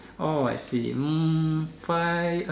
oh I see hmm five